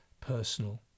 personal